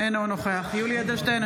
אינו נוכח יולי יואל אדלשטיין,